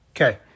Okay